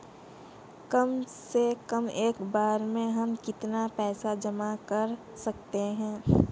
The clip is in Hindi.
कम से कम एक बार में हम कितना पैसा जमा कर सकते हैं?